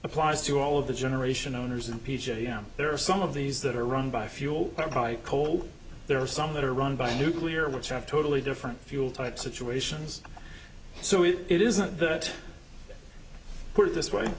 applies to all of the generation owners and p j and there are some of these that are run by fuel or by coal there are some that are run by nuclear which have totally different fuel type situations so it isn't that put it this way